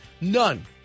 None